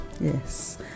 Yes